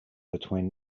between